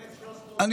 ואגב,